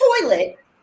toilet